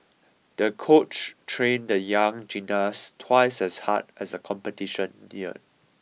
the coach trained the young gymnast twice as hard as the competition neared